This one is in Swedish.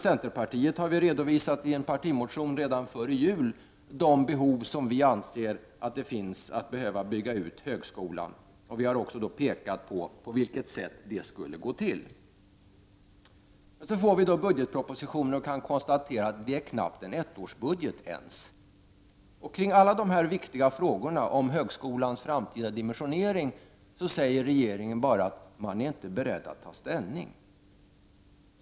Centerpartiet har i en partimotion redan före jul redovisat de behov som vi anser finns när det gäller en utbyggnad av högskolan. Vi har också pekat på hur detta skulle gå till. Så presenteras då budgetpropositionen, och vi kan konstatera att det knappt är ens en ettårsbudget. När det gäller alla dessa viktiga frågor om högskolans framtida dimensionering säger regeringen bara att man inte är beredd att ta ställning.